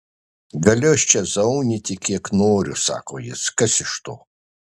galiu aš čia zaunyti kiek noriu sako jis kas iš to